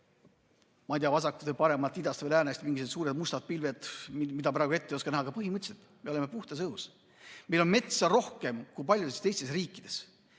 ma ei tea, vasakult või paremalt, idast või läänest mingid suured mustad pilved, mida praegu ette ei oska näha. Aga põhimõtteliselt me elame puhtas õhus. Meil on metsa rohkem kui paljudes teistes riikides.